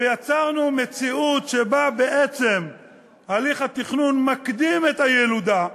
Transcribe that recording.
ויצרנו מציאות שבה בעצם הליך התכנון מקדים את הילודה,